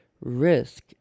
risk